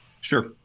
Sure